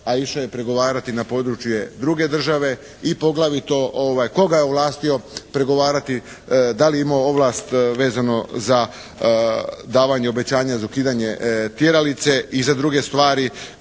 a išao je pregovarati na područje druge države. I poglavito tko ga je ovlastio pregovarati. Da li je imao ovlast vezano za davanje obećanja za ukidanje tjeralice i za druge stvari